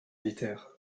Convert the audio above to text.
militaire